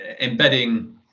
embedding